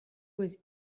was